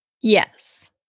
Yes